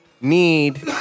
need